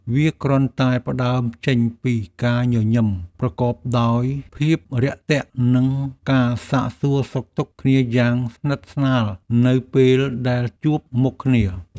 វាគ្រាន់តែផ្តើមចេញពីការញញឹមប្រកបដោយភាពរាក់ទាក់និងការសាកសួរសុខទុក្ខគ្នាយ៉ាងស្និទ្ធស្នាលនៅពេលដែលជួបមុខគ្នា។